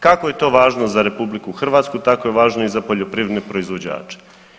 Kako je to važno za RH tako je važno i za poljoprivredne proizvođače.